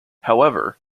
however